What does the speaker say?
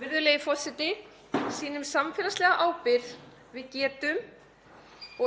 Virðulegi forseti. Sýnum samfélagslega ábyrgð. Við getum